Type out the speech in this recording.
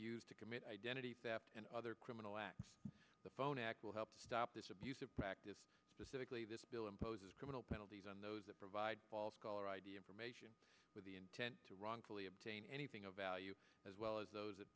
used to commit identity theft and other criminal acts the phone act will help stop this abusive practice specifically this bill imposes criminal penalties on those that provide false caller id information with the intent to wrongfully obtain anything of value as well as those